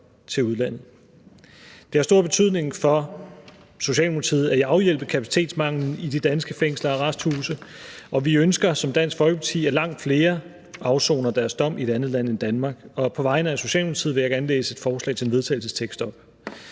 Det har stor betydning for Socialdemokratiet at afhjælpe kapacitetsmangelen i de danske fængsler og arresthuse, og vi ønsker som Dansk Folkeparti, at langt flere afsoner deres dom i et andet land end Danmark. På vegne af Socialdemokratiet vil jeg fremsætte følgende: Forslag til vedtagelse